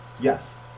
yes